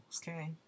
okay